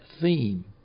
theme